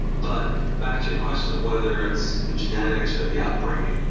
but back to your question of whether it's the genetics or the upbringing,